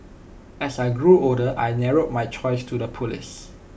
as I grew older I narrowed my choice to the Police